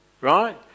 right